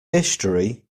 history